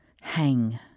hang –